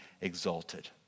exalted